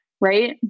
right